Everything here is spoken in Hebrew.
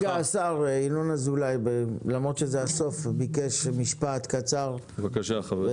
חבר הכנסת ינון אזולאי ביקש משפט קצר בסוף הדיון.